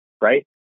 right